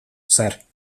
ser